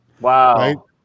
Wow